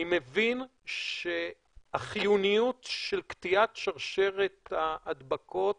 אני מבין שהחיוניות של קטיעת שרשרת ההדבקות